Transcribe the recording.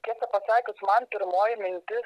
tiesą pasakius man pirmoji mintis